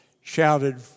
shouted